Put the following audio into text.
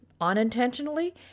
unintentionally